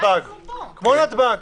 כמו נתב"ג.